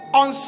on